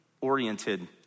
oriented